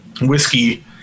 whiskey